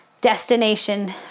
destination